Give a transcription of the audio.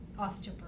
osteoporosis